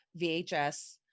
VHS